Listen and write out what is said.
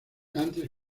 antes